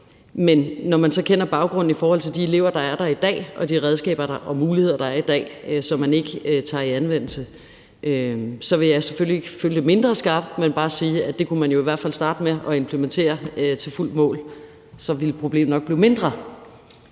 men når man så kender baggrunden i forhold til de elever, der er i dag, og de redskaber og muligheder, der er i dag, som man ikke tager i anvendelse, så vil jeg selvfølgelig ikke følge det mindre skarpt, men bare sige, at det kunne man jo i hvert fald starte med at implementere fuldt ud. Så ville problemet nok blive mindre.